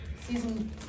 season